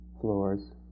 floors